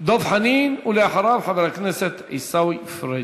דב חנין, ואחריו, חבר הכנסת עיסאווי פריג'.